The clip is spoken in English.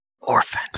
orphan